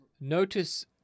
Notice